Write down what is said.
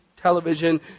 television